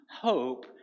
hope